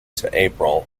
april